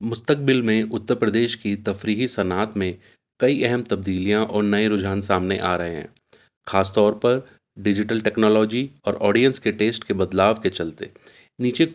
مستقبل میں اتر پردیش کی تفریحی صنعت میں کئی اہم تبدیلیاں اور نئے رجحان سامنے آ رہے ہیں خاص طور پر ڈیجیٹل ٹیکنالوجی اور آڈیئنس کے ٹیسٹ کے بدلاؤ کے چلتے نیچے